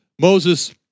Moses